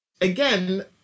Again